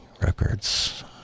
Records